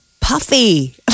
puffy